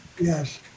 Yes